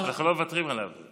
אנחנו לא מוותרים עליו.